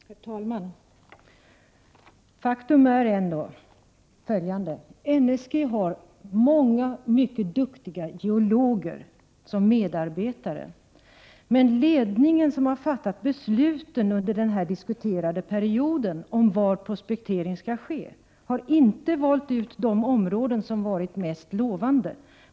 Herr talman! Faktum är att NSG har många mycket duktiga geologer. Men ledningen, som under den period som här diskuteras har fattat besluten om var prospektering skall ske, har inte valt ut de områden som varit mest lovande.